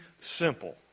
simple